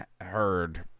heard